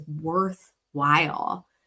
worthwhile